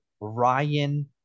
Ryan